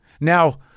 Now